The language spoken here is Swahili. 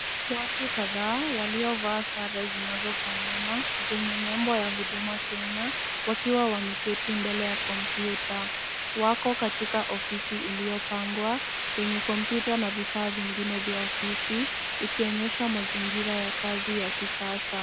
Watu kadhaa waliovaa sare zinazofanana zenye nembo ya Huduma Kenya wakiwa wameketi mbele ya kompyuta. Wako katika ofisi iliyopangwa yenye kompyuta na vifaa vingine vya ofisi ikionyesha mazingira ya kazi ya kisasa.